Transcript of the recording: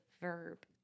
verb